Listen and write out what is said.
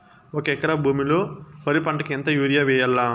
ఒక ఎకరా భూమిలో వరి పంటకు ఎంత యూరియ వేయల్లా?